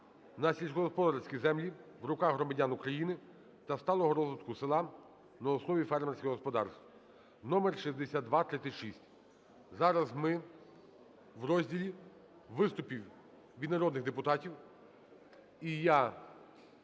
на сільськогосподарські землі в руках громадян України та сталого розвитку села на основі фермерських господарств (№ 6236). Зараз ми в розділі виступів від народних депутатів. І я